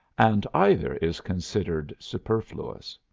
and either is considered superfluous.